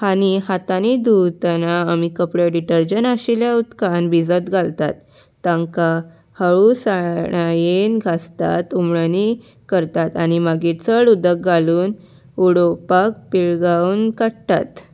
आनी हातांनी धुतना आमी कपडे डिटर्जंट आशिल्ल्या उदकान भिजत घालतात तांकां हळूसाणायेन घासतात उमळणी करतात आनी मागीर चड उदक घालून उडोवपाक पिळगावून काडटात